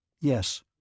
Yes